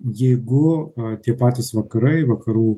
jeigu tie patys vakarai vakarų